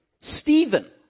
Stephen